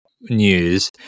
news